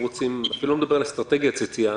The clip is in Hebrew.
רוצים אני אפילו לא מדבר על אסטרטגיית יציאה,